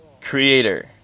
creator